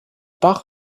bach